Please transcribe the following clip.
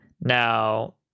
Now